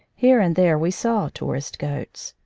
here and there we saw tourist goats,